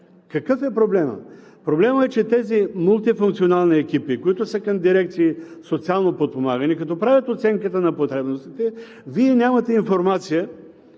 Какъв е проблемът? Проблемът е, че тези мултифункционални екипи, които са към дирекции „Социално подпомагане“, като правят оценката на потребностите, Вие нямате информация